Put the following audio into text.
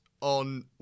on